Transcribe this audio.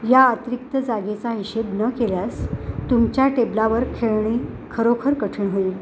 या अतिरिक्त जागेचा हिशेब न केल्यास तुमच्या टेबलावर खेळणे खरोखर कठीण होईल